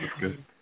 Good